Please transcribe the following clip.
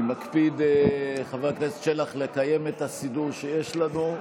אני מקפיד לקיים את הסידור שיש לנו,